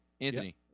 Anthony